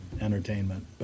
entertainment